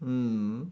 mm